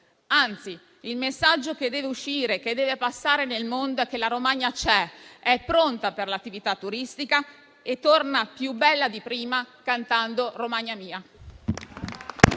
Anzi, il messaggio che deve uscire e che deve passare nel mondo è che la Romagna c'è, è pronta per l'attività turistica e tornerà più bella di prima, cantando «Romagna mia».